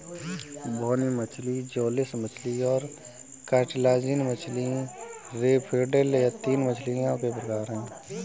बोनी मछली जौलेस मछली और कार्टिलाजिनस मछली रे फिनेड यह तीन मछलियों के प्रकार है